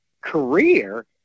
career